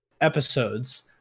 episodes